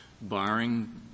barring